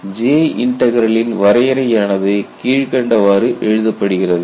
J இன்டெக்ரலின் வரையறை ஆனது கீழ்க்கண்டவாறு எழுதப்படுகிறது